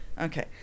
Okay